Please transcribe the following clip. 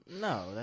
No